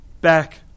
back